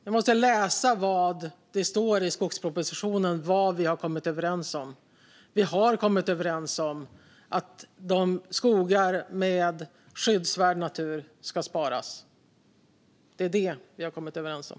Ni måste läsa vad det står i skogspropositionen om vad vi har kommit överens om. Vi har kommit överens om att skogar med skyddsvärd natur ska sparas. Det är vad vi har kommit överens om.